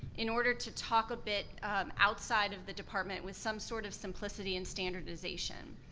in order to talk a bit outside of the department, with some sort of simplicity and standardization.